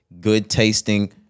good-tasting